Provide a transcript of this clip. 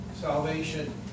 salvation